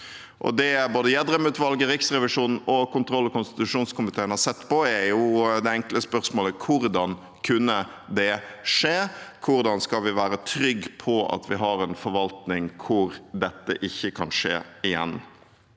Det både Gjedrem-utvalget, Riksrevisjonen og kontrollog konstitusjonskomiteen har sett på, er det enkle spørsmålet: Hvordan kunne det skje, og hvordan kan vi være trygge på at vi har en forvaltning hvor dette ikke kan skje igjen?